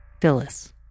Phyllis